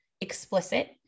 explicit